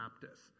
Baptist